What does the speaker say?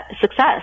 success